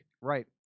Right